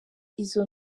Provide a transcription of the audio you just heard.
izo